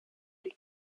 die